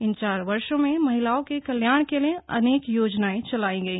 इन चार वर्षो में महिलाओं के कल्याण के लिए अनेक योजनाएं चलाई गई